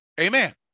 Amen